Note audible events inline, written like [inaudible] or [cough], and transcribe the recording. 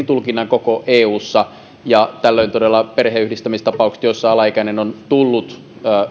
[unintelligible] tulkinnan koko eussa tällöin todella perheenyhdistämistapauksissa joissa alaikäinen on tullut